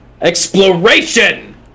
exploration